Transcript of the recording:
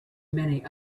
many